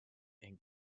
and